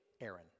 Aaron